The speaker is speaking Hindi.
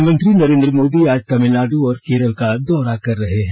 प्रधानमंत्री नरेन्द्र मोदी आज तमिलनाडु और केरल का दौरा कर रहे हैं